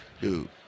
Dude